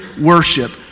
worship